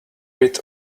rid